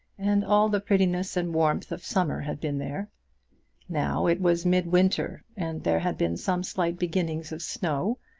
and all the prettiness and warmth of summer had been there now it was mid-winter, and there had been some slight beginnings of snow,